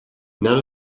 none